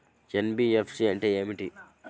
NBFC అంటే ఏమిటి?